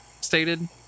stated